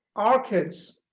our kids